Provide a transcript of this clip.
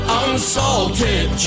unsalted